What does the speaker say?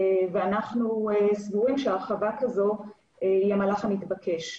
ואנחנו סבורים שהרחבה כזו היא המהלך המתבקש.